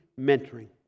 mentoring